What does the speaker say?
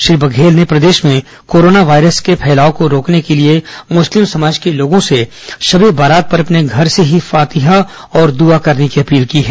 श्री बघेल ने प्रदेश में कोरोना वायरस के फैलाव को रोकने के लिए मुस्लिम समाज के लोगों से शब ए बारात पर अपने घर से ही फातिया और दुआ करने की अपील की है